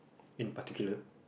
in particular